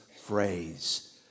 phrase